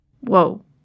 Whoa